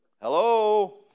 Hello